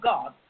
God